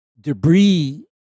debris